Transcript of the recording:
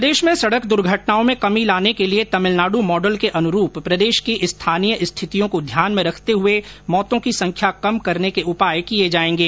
प्रदेश में सड़क दुर्घटनाओं में कमी लाने के लिए तमिलनाडु मॉडल के अनुरूप प्रदेश की स्थानीय स्थितियों को ध्यान में रखते हुए मौतों की संख्या कम करने के उपाय किए जाएंगे